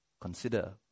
consider